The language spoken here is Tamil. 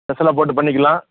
ஸ்பெஷலாக போட்டு பண்ணிக்கலாம்